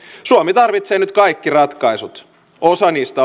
suomi tarvitsee nyt kaikki ratkaisut osa niistä